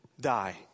die